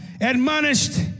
admonished